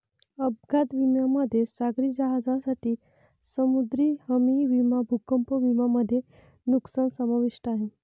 अपघात विम्यामध्ये सागरी जहाजांसाठी समुद्री हमी विमा भूकंप विमा मध्ये नुकसान समाविष्ट आहे